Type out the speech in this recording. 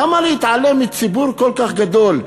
למה להתעלם מציבור כל כך גדול?